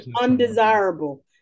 undesirable